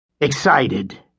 Excited